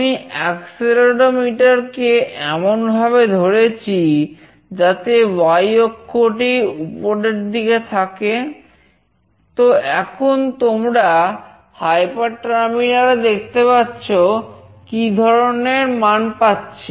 আমি অ্যাক্সেলেরোমিটার দেখতে পাচ্ছ কি ধরনের মান পাচ্ছ